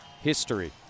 history